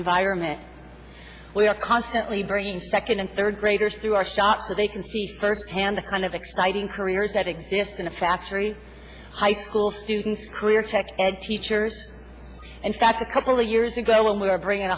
environment we are constantly bringing second and third graders through our shot that they can see firsthand the kind of exciting careers that exist in a factory high school students career tech ed teachers in fact a couple of years ago and we are bringing